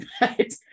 right